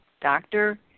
doctor